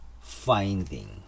finding